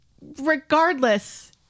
regardless